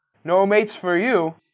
no mates for you,